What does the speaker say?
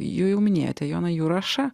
jau minėjote joną jurašą